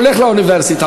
הולך לאוניברסיטה,